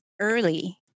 early